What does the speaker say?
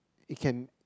it can